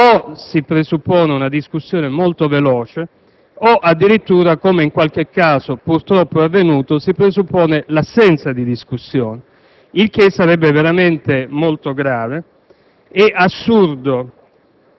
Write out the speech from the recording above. o si presuppone una discussione molto veloce o addirittura - come in qualche caso purtroppo è avvenuto - si presuppone l'assenza di discussione, il che sarebbe veramente molto grave. È assurdo